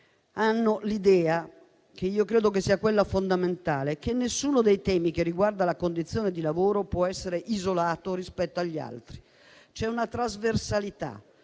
hanno l'idea, che io credo sia fondamentale, che nessuno dei temi riguardanti le condizioni di lavoro può essere isolato rispetto agli altri. C'è una trasversalità,